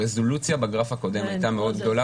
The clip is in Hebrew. הרזולוציה בגרף הקודם הייתה מאוד גדולה